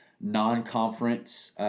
non-conference